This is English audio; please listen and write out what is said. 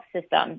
System